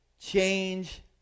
change